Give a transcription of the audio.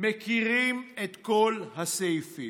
מכירים את כל הסעיפים,